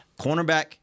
Cornerback